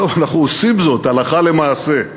אנחנו עושים זאת הלכה למעשה,